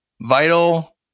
vital